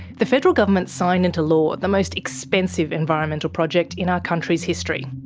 the federal government signed into law the most expensive environmental project in our country's history.